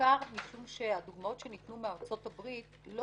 בעיקר משום שהדוגמאות שניתנו מארצות-הברית לא